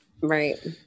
Right